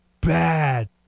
bad